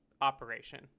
operation